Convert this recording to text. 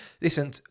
Listen